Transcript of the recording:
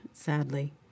Sadly